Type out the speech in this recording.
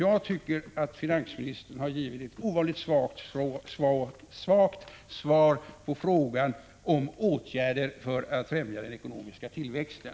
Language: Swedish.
Jag tycker att finansministern har givit ett ovanligt svagt svar på frågan om åtgärder för att främja den ekonomiska tillväxten.